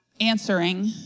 answering